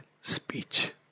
speech